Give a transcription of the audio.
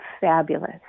fabulous